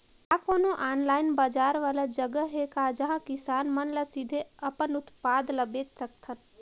का कोनो ऑनलाइन बाजार वाला जगह हे का जहां किसान मन ल सीधे अपन उत्पाद ल बेच सकथन?